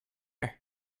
let